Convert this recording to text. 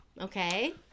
Okay